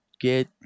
get